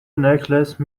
necklace